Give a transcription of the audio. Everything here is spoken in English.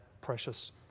precious